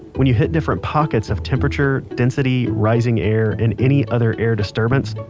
when you hit different pockets of temperature, density, rising air, and any other air disturbance,